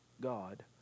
God